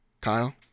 Kyle